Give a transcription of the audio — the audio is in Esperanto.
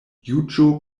juĝo